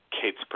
Kate's